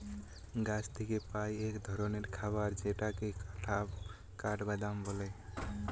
গাছ থিকে পাই এক ধরণের খাবার যেটাকে কাঠবাদাম বলে